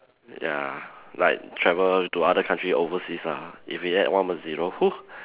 ya like travel to other country overseas lah if we add one more zero